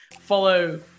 Follow